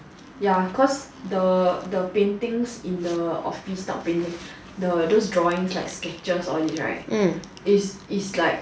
ya cause the paintings in the office not painting the those drawing like sketches all these right